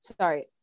Sorry